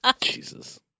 Jesus